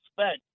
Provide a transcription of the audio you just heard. spent